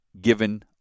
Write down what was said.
given